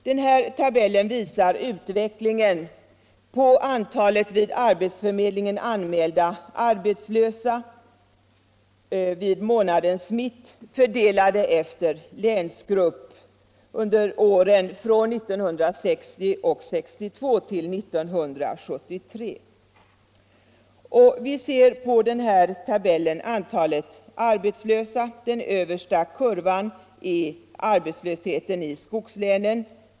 Den är alltså i skogslänen mer än dubbelt så hög som i storstadslänen och knappt dubbelt så hög som i de övriga länen.